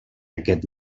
aquest